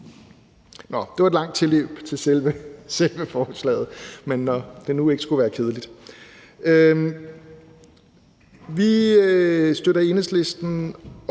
det var et langt tilløb til selve forslaget, men nu skulle det jo ikke være kedeligt. Men vi støtter i Enhedslisten